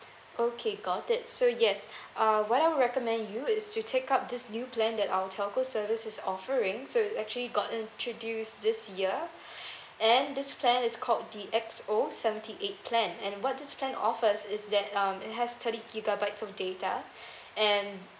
okay got it so yes uh what I recommend you is to take up this new plan that our telco service is offering so actually got introduce this year and this plan is called the X_O seventy eight plan and what this plan offers is that um it has thirty gigabytes of data and